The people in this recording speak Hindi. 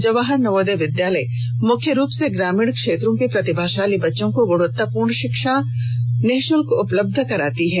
जवाहर नवोदय विद्यालय मुख्य रूप से ग्रामीण क्षेत्रों के प्रतिभाशाली बच्चों को ग्णवत्तापुर्ण आध्निक शिक्षा निशुल्क उपलब्ध कराते है